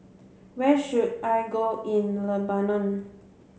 where should I go in Lebanon